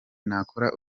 nakora